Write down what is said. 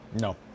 No